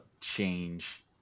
change